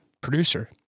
producer